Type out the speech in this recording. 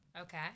Okay